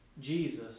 Jesus